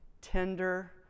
tender